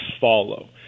follow